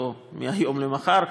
לא מהיום למחר,